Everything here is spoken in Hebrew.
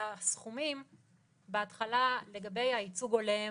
שהסכומים בהתחלה לגבי הייצוג ההולם